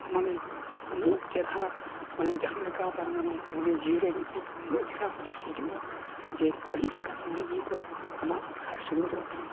ᱢᱟᱱᱮ ᱩᱱᱟᱹᱜ ᱪᱮᱦᱨᱟ ᱢᱟᱱᱮ ᱡᱟᱦᱟᱸᱞᱮᱠᱟ ᱛᱟᱨᱢᱟᱱᱮ ᱢᱚᱱᱮ ᱡᱤᱣᱤᱨᱮ ᱢᱤᱫᱴᱤᱡ ᱩᱱᱟᱹᱜ ᱪᱮᱦᱨᱟ ᱦᱩᱫᱤᱥ ᱦᱤᱡᱩᱜᱼᱟ ᱡᱮ ᱠᱟᱺᱦᱤᱥ ᱟᱠᱟᱱ ᱢᱚᱱᱮ ᱡᱤᱣᱤ ᱠᱚ ᱟᱢᱟᱜ ᱦᱟᱹᱥᱩᱨ ᱜᱚᱫᱚᱜ ᱛᱟᱢ